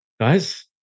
Guys